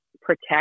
protect